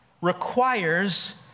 requires